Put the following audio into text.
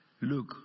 Look